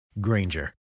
Granger